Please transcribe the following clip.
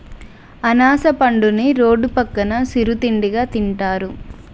అనాస పండుని రోడ్డు పక్కన సిరు తిండిగా తింటారు